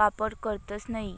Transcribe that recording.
वापर करतस नयी